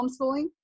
homeschooling